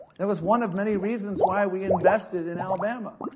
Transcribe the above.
that was one of many reasons why we invested in alabama.